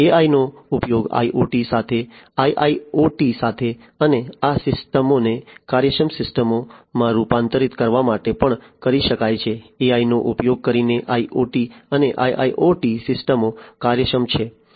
AI નો ઉપયોગ IoT સાથે IIoT સાથે અને આ સિસ્ટમોને કાર્યક્ષમ સિસ્ટમમાં રૂપાંતરિત કરવા માટે પણ કરી શકાય છે AI નો ઉપયોગ કરીને IoT અને IIoT સિસ્ટમો કાર્યક્ષમ છે